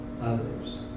others